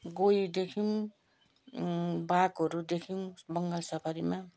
गोही देख्यौँ बाघहरू देख्यौँ बङ्गाल सफारीमा